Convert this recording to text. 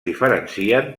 diferencien